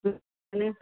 ओ मोनो